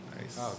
Nice